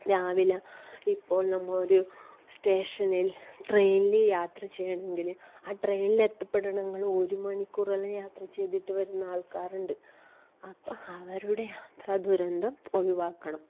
രാവിലെ ഇപ്പോൾ നമ്മൾ ഒരു സ്റ്റേഷനിൽ ട്രെയിനില് യാത്ര ചെയ്യണമെങ്കില് ആ ട്രെയ്നിലെത്തപ്പെടണങ്കില് ഒരു മണിക്കൂറ്കള് യാത്ര ചെയ്തിട്ട് വരുന്ന ആൾക്കാരുണ്ട് അപ്പം അവരുടെ യാത്ര ദുരന്തം ഒഴിവാക്കണം